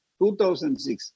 2006